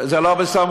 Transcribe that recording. זה לא בסמכותי,